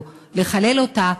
או לחלל אותה,